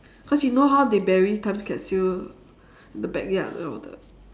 cause you know how they bury time capsule at the backyard and all the